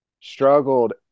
struggled